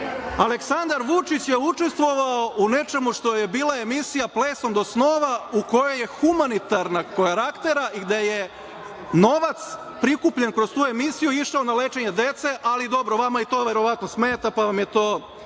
Aleksandar Vučić je učestvovao u nečemu što je bila emisija „Plesom do snova“, koja je humanitarnog karaktera i gde je novac prikupljen kroz tu emisiju išao na lečenje dece. Ali dobro, vama i to verovatno smeta, pa vam je to